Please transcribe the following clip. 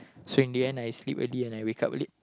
so in the end I sleep early and I wake up late